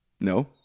no